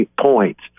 points